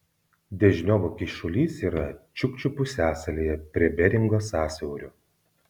dežniovo kyšulys yra čiukčių pusiasalyje prie beringo sąsiaurio